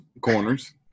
corners –